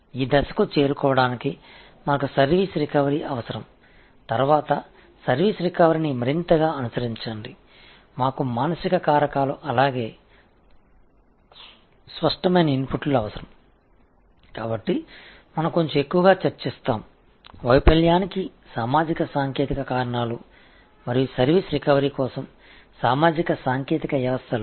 இந்த நிலைக்கு வருவதற்கு எங்களுக்கு சர்வீஸ் ரிகவரி தேவை பின்னர் சர்வீஸ் ரிகவரி குறித்து மேலும் பின்தொடர எங்களுக்கு உளவியல் காரணிகள் மற்றும் உறுதியான உள்ளீடுகள் தேவை எனவே நாம் இன்னும் கொஞ்சம் விவாதிப்போம் தோல்விக்கான சமூக டெக்னிக்கல் காரணங்கள் மற்றும் சர்வீஸ் ரிகவரிக்கான சமூக டெக்னிக்கல் அமைப்புகள்